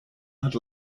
had